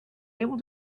able